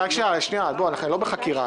בוא, אני לא בחקירה.